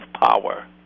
power